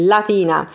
Latina